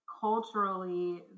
culturally